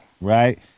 Right